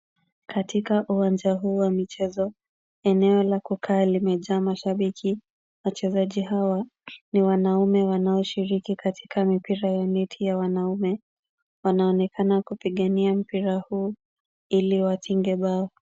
Katika uwanja huu wa michezo, eneo la kukaa limejaa mashabiki. Wachezaji hawa, ni wanaume wanaoshiriki katika mipira ya neti ya wanaume. Wanaonekana kupigania mpira huu ili watinge bao.